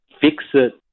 fix-it